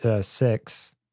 six